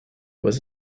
was